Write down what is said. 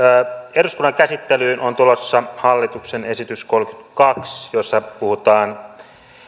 eduskunnan käsittelyyn on tulossa hallituksen esitys kolmekymmentäkaksi jossa puhutaan